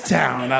town